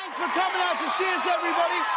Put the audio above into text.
for coming out to see us, everybody!